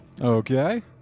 Okay